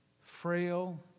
frail